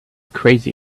crazy